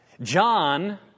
John